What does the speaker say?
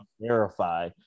verify